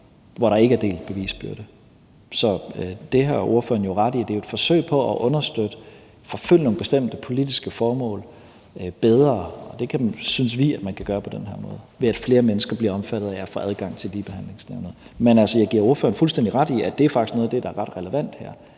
hvor der ikke er delt bevisbyrde. Så det har ordføreren jo ret i. Det er et forsøg på at understøtte, forfølge nogle bestemte politiske formål bedre, og det synes vi at man kan gøre på den her måde, ved at flere mennesker bliver omfattet af at få adgang til Ligebehandlingsnævnet. Men jeg giver ordføreren fuldstændig ret i, at det faktisk er noget af det, der her er ret relevant,